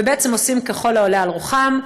ובעצם עושים ככל העולה על רוחם.